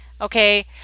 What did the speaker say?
okay